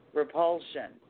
repulsion